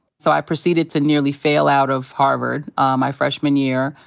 so i proceeded to nearly fail out of harvard ah my freshman year.